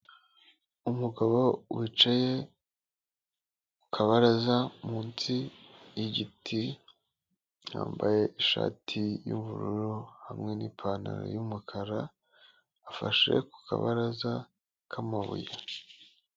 Umugabo wicaye ku kabaraza munsi y'igiti yambaye ishati y'ubururu hamwe n'ipantaro y'umukara afashe ku kabaraza k'amabuye.